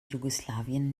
jugoslawien